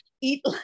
eat